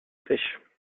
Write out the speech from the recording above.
pêches